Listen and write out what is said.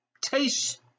taste